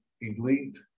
elite